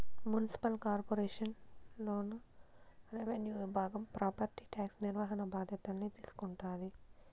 municipal corporation లోన revenue విభాగం property tax నిర్వహణ బాధ్యతల్ని తీసుకుంటాది